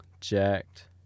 Jacked